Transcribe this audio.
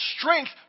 strength